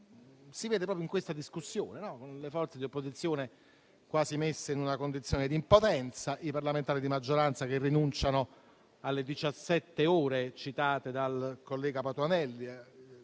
Si vede proprio in questa discussione, con le forze di opposizione quasi messe in una condizione di impotenza e i parlamentari di maggioranza che rinunciano alle diciassette ore citate dal collega Patuanelli